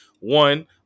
One